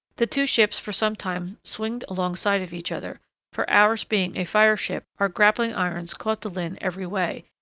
the two ships for some time swinged alongside of each other for ours being a fire-ship, our grappling-irons caught the lynne every way,